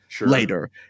later